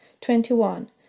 twenty-one